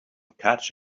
catch